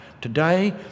Today